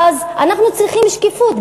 אז אנחנו צריכים שקיפות.